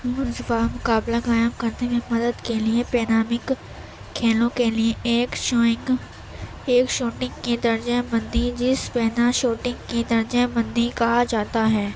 منصفا ہم مقابلہ قائم کرنے میں مدد کے لیے پینامک کھیلوں کے لیے ایک شوئنگ ایک شوٹنگ کی درجہ بندی جس پینا شوٹنگ کی درجہ بندی کہا جاتا ہے